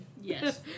Yes